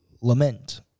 Lament